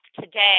today